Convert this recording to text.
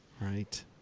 right